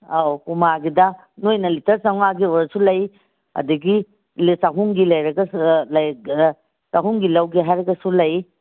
ꯑꯧ ꯄꯨꯃꯥꯒꯤꯗ ꯅꯣꯏꯅ ꯂꯤꯇꯔ ꯆꯥꯝꯃꯉꯥꯒꯤ ꯑꯣꯏꯔꯁꯨ ꯂꯩ ꯑꯗꯒꯤ ꯆꯥꯍꯨꯝꯒꯤ ꯂꯩꯔꯒ ꯆꯥꯍꯨꯝꯒꯤ ꯂꯧꯒꯦ ꯍꯥꯏꯔꯒꯁꯨ ꯂꯩ